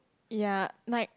ya like